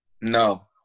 No